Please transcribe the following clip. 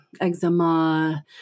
eczema